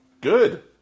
Good